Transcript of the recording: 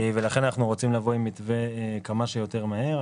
ולכן אנחנו רוצים לבוא עם מתווה כמה שיותר מהר,